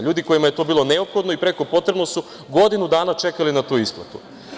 Ljudi kojima je to bilo neophodno i preko potrebno su godinu dana čekali na tu isplatu.